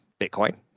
Bitcoin